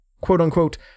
quote-unquote